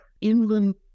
inland